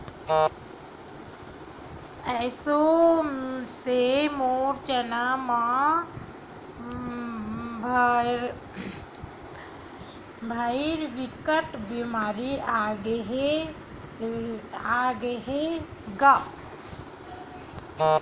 एसो से मोर चना म भइर बिकट बेमारी आगे हे गा